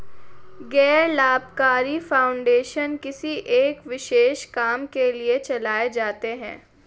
गैर लाभकारी फाउंडेशन किसी एक विशेष काम के लिए चलाए जाते हैं